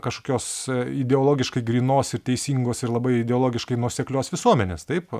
kažkokios ideologiškai grynos ir teisingos ir labai ideologiškai nuoseklios visuomenės taip